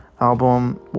album